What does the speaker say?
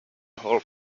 whole